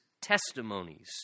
testimonies